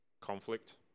Conflict